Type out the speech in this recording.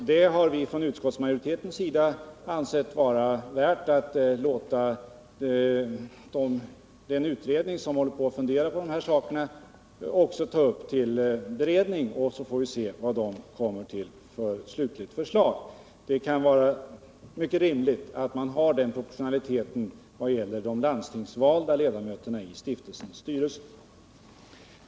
Det har utskottsmajoriteten ansett vara värt att låta den utredning som arbetar med dessa frågor ta upp till beredning. Vi får se vad den kommer till för slutligt förslag. Det kan vara rimligt att ha en proportionalitet när det gäller de landstingsvalda ledamöterna i stiftelsens styrelse.